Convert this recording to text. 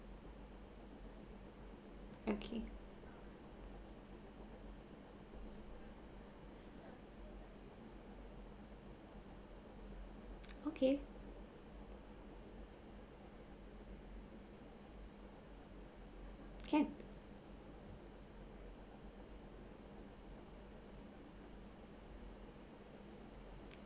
okay okay can